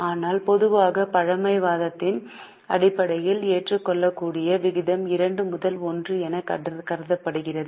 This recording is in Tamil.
ஆனால் பொதுவாக பழமைவாதத்தின் அடிப்படையில் ஏற்றுக்கொள்ளக்கூடிய விகிதம் 2 முதல் 1 என கருதப்படுகிறது